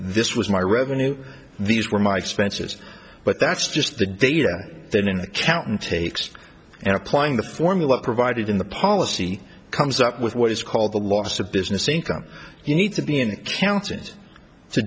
this was my revenue these were my expenses but that's just the data then an accountant takes and applying the formula provided in the policy comes up with what is called the loss of business income you need to be an accountant to